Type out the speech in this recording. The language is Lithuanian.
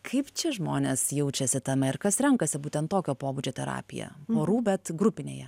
kaip čia žmonės jaučiasi tame ir kas renkasi būtent tokio pobūdžio terapiją porų bet grupinėje